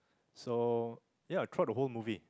so ya throughout the whole movie